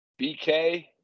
BK